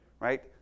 right